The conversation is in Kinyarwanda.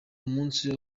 umunsi